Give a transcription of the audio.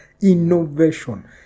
innovation